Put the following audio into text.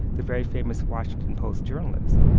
the very famous washington post journalist.